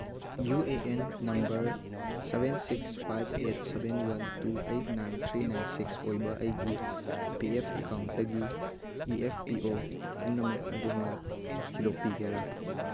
U A N number seven six five eight seven one two eight nine three nine six ꯑꯣꯏꯕ ꯑꯩꯒꯤ P F ꯑꯦꯀꯥꯎꯟꯇꯒꯤ E F P O ꯄꯨꯝꯅꯃꯛ ꯑꯗꯣꯝꯅ ꯊꯤꯗꯣꯛꯄꯤꯒꯦꯔꯥ